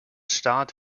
staat